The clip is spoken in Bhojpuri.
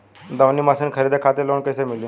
दऊनी मशीन खरीदे खातिर लोन कइसे मिली?